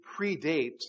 predates